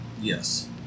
Yes